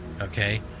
okay